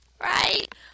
Right